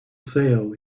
sale